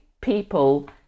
people